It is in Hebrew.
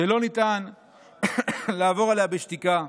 שלא ניתן לעבור עליה בשתיקה.